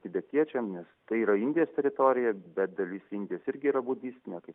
tibetiečiam nes tai yra indijos teritorijoja bet dalis indijos tai yra irgi yra budistiniė kaip